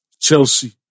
Chelsea